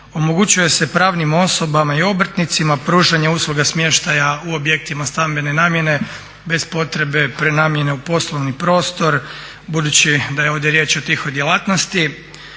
Omogućuje se pravnim osobama i obrtnicima pružanja usluga smještaja u objektima stambene namjene bez potrebe prenamjene u poslovni prostor. Budući da je ovdje riječ o tihoj djelatnosti